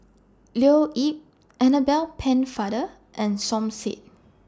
Leo Yip Annabel Pennefather and Som Said